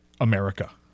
America